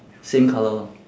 same colour lah